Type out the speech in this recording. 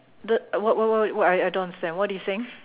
the uh what what what what I don't understand what are you saying